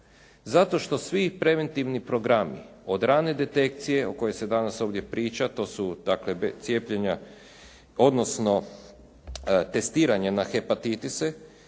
Zato što svi preventivni programi od rane detekcije o kojoj se danas ovdje priča, to su dakle cijepljenja odnosno testiranja na hepatitise,